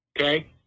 Okay